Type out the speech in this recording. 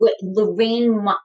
Lorraine